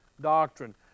doctrine